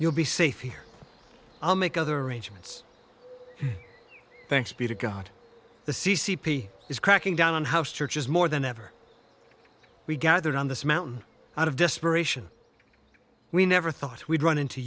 you'll be safe here i'll make other arrangements thanks be to god the c c p is cracking down on house churches more than ever we gathered on this mountain out of desperation we never thought we'd run into